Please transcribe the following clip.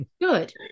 Good